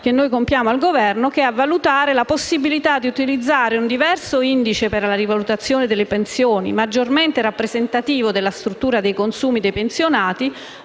legge n. 388 del 2000; 2) a valutare la possibilità di utilizzare un diverso indice per la rivalutazione delle pensioni, maggiormente rappresentativo della struttura dei consumi dei pensionati,